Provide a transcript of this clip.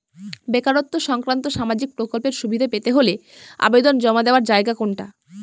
বেকারত্ব সংক্রান্ত সামাজিক প্রকল্পের সুবিধে পেতে হলে আবেদন জমা দেওয়ার জায়গা কোনটা?